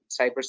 Cyber